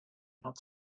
not